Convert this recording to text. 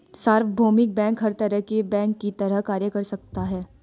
सार्वभौमिक बैंक हर तरह के बैंक की तरह कार्य कर सकता है